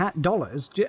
dollars